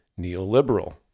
neoliberal